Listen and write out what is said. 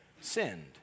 sinned